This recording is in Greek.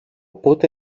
πότε